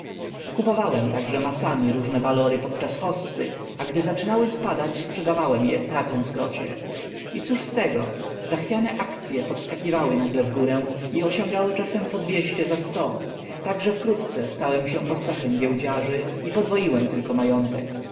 towarzystw kupowałem także masami różne walory podczas hossy a gdy zaczynały spadać sprzedawałem je tracąc krocie i cóż z tego zachwiane akcye podskakiwały nagle w górę i osiągały czasem po dwieście za sto tak że wkrótce stałem się postrachem giełdziarzy i podwoiłem tylko majątek